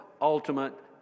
ultimate